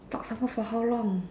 talk some more for how long